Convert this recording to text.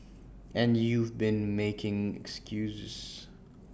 and you've been making excuses